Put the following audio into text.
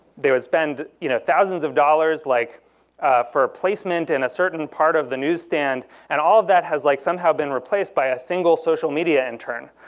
they would spend you know thousands of dollars like for placement in a certain part of the newsstand. and all that has like somehow been replaced by a single social media intern.